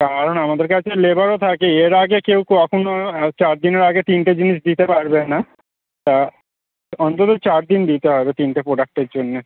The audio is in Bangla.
কারণ আমাদের কাছে লেবারও থাকে এর আগে কেউ কখনও চার দিনের আগে তিনটে জিনিস দিতে পারবে না তা অন্তত চার দিন দিতে হবে তিনটে প্রোডাক্টের জন্যে